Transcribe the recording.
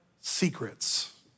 secrets